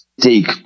take